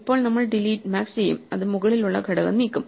ഇപ്പോൾ നമ്മൾ delete max ചെയ്യും അത് മുകളിലുള്ള ഘടകം നീക്കും